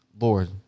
Lord